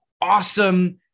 awesome